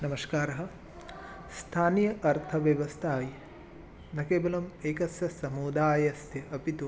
नमस्कारः स्थानीय अर्थव्यवस्था न केवलम् एकस्य समुदायस्य अपि तु